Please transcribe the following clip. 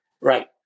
right